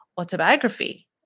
autobiography